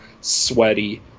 sweaty